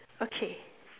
okay